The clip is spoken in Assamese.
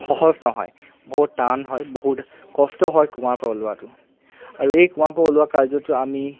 সহজ নহয় বহুত টান হয় বহুত কষ্ট হয় কুঁৱাৰ পৰা উলিওৱাটো আৰু এই কুঁৱা পৰা ওলোৱা কাৰ্যটো আমি